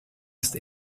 ist